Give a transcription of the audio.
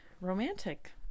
romantic